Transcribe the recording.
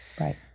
Right